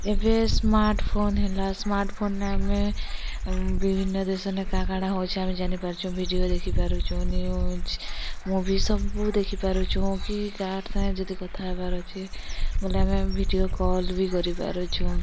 ଏବେ smart phone ହେଲା ସ୍ମାର୍ଟ୍ ଫୋନ୍ନେ ଆମେ ବିଭିନ୍ନ ଦେଶ୍ ନେ କାଁ କାଣା ହଉଛେ ଆମେ ଜାନି ପାରୁଛୁଁ ଭିଡ଼ିଓ ଦେଖି ପାରୁଛୁଁ ନ୍ୟୁଜ୍ ମୁଭି ସବୁ ଦେଖି ପାରୁଛୁଁ କି କାର୍ ସାଙ୍ଗେ ଯଦି କଥା ହେବାର୍ ଅଛି ବୋଲେ ଆମେ ଭିଡ଼ିଓ କଲ୍ବି କରି ପାରୁଛୁଁ